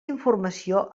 informació